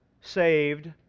saved